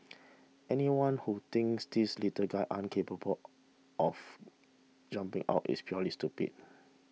anyone who thinks these little guys aren't capable of jumping out is purely stupid